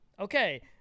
Okay